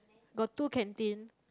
got two canteen